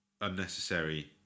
unnecessary